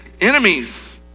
enemies